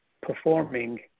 performing